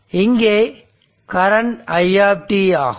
மற்றும் இங்கே current i ஆகும்